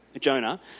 Jonah